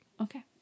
Okay